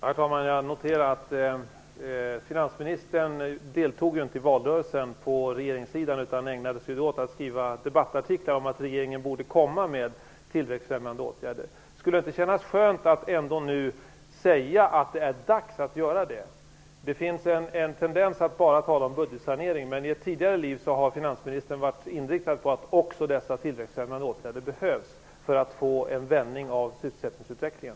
Herr talman! Jag noterade att finansministern inte deltog i valrörelsen på regeringssidan utan då ägnade sig åt att skriva debattartiklar om att regeringen borde komma med tillväxtfrämjande åtgärder. Skulle det inte kännas skönt att nu säga att det är dags att göra det? Det finns en tendens att bara tala om budgetsanering, men i ett tidigare liv har finansministern varit inriktad på att också dessa tillväxtfrämjande åtgärder behövs för att få en vändning av sysselsättningsutvecklingen.